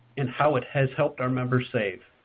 and how it has helped our members save.